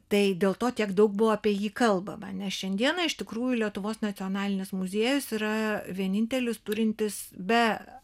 tai dėl to tiek daug buvo apie jį kalbama nes šiandieną iš tikrųjų lietuvos nacionalinis muziejus yra vienintelis turintis be